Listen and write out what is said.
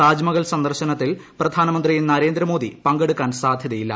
താജ്മഹൽ സന്ദർശനത്തിൽ പ്രധാമന്ത്രി നരേന്ദ്രമോദി പങ്കെടുക്കാൻ സാദ്ധ്യതയില്ല